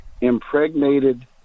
impregnated